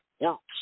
works